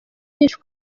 nyinshi